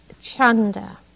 chanda